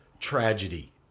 Tragedy